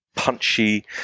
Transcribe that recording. punchy